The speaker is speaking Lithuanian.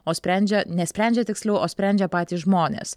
o sprendžia nesprendžia tiksliau o sprendžia patys žmonės